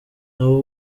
nabo